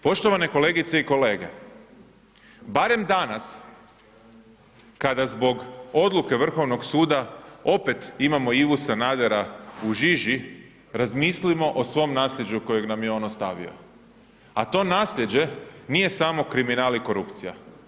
Poštovane kolegice i kolege, barem danas kada zbog odluke Vrhovnog suda opet imamo Ivu Sanadera u žiži razmislimo o svom nasljeđu kojeg nam je on ostavio, a to nasljeđe nije samo kriminal i korupcija.